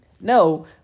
no